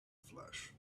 flesh